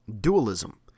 dualism